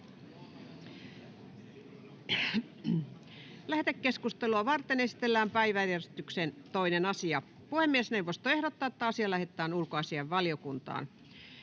Lähetekeskustelua varten esitellään päiväjärjestyksen 2. asia. Puhemiesneuvosto ehdottaa, että asia lähetetään ulkoasiainvaliokuntaan.